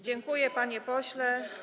Dziękuję, panie pośle.